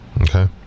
Okay